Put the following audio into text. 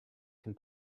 can